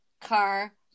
car